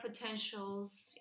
potentials